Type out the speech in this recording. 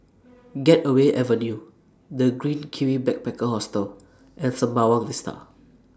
Gateway Avenue The Green Kiwi Backpacker Hostel and Sembawang Vista